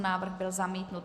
Návrh byl zamítnut.